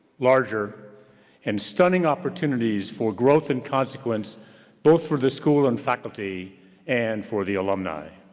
larger and stunning opportunities for growth and consequence both for the school and faculty and for the alumni,